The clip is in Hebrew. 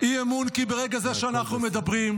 אי-אמון כי ברגע זה כשאנחנו מדברים,